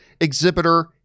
exhibitor